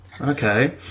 okay